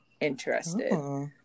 interested